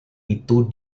itu